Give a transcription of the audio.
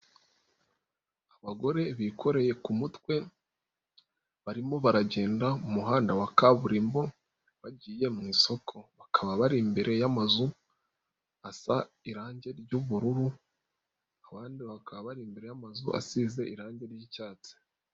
Abagore bikoreye ku mutwe barimo baragenda mu muhanda wa kaburimbo bagiye mu isoko, bakaba bari imbere y'amazu asa irangi ry'ubururu, abandi bakaba bari imbere y'amazu asize irangi ry'icyatsi.